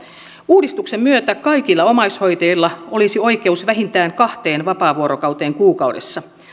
uudistuksen myötä kaikilla omaishoitajilla olisi oikeus vähintään kahteen vapaavuorokauteen kuukaudessa